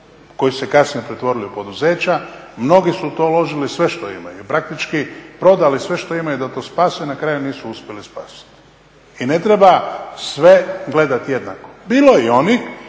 koji su se kasnije pretvorili u poduzeća. Mnogi su u to uložili sve što imaju. Praktički prodali su sve što imaju da to spase, a na kraju nisu uspjeli spasiti. I ne treba sve gledati jednako. Bilo je i onih